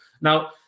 now